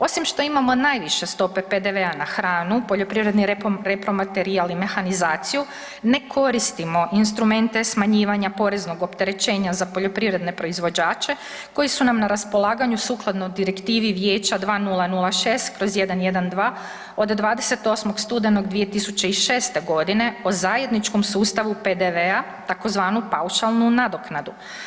Osim što imamo najviše stope PDV-a na hranu, poljoprivredni repromaterijal i mehanizaciju ne koristimo instrumente smanjivanja poreznog opterećenja za poljoprivredne proizvođače koji su nam na raspolaganju sukladno Direktivi Vijeća 2006/112 od 28. studenog 2006. godine o zajedničkom sustavu PDV-a tzv. paušalnu nadoknadu.